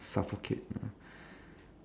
not so much